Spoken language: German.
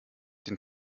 den